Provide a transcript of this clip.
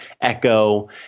Echo